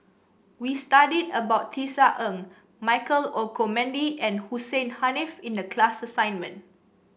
we studied about Tisa Ng Michael Olcomendy and Hussein Haniff in the class assignment